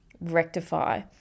rectify